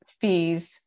fees